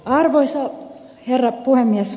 arvoisa herra puhemies